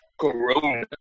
Corona